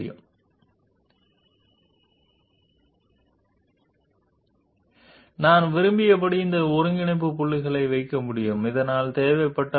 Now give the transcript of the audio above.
I can place these coordinate points as I desire so that I can change or modify these shapes if so required these are also called sculptured surfaces free form surfaces et cetera